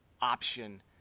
option